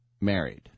married